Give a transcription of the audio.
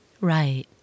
Right